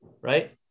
right